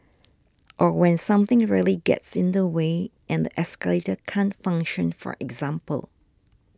or when something really gets in the way and the escalator can't function for example